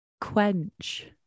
quench